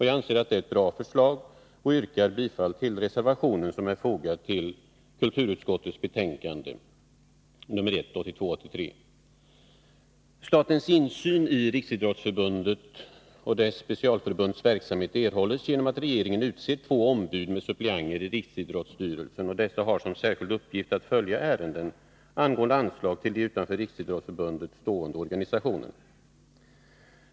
Jag anser att det är ett bra förslag och 24 november 1982 yrkar bifall till den reservation som är fogad till kulturutskottets betänkande. Statens insyn i Riksidrottsförbundets och dess specialförbunds verksamhet erhålls genom att regeringen utser två ombud med suppleanter i riksidrottsstyrelsen. Dessa har som särskild uppgift att följa ärenden angående anslag till de utanför Riksidrottsförbundet stående organisationerna.